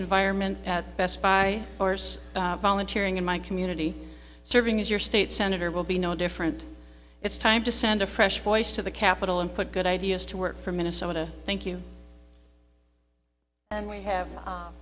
environment at best buy force volunteering in my community serving as your state senator will be no different it's time to send a fresh voice to the capitol and put good ideas to work for minnesota thank you and we have